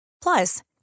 Plus